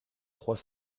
trois